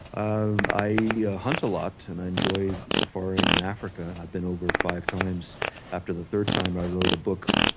um i hunt a lot and enjoy safaring in africa, and i've been over five times after the third time i wrote a book,